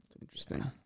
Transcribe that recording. interesting